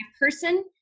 person